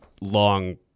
long